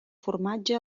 formatge